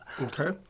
Okay